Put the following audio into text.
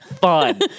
fun